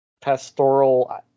pastoral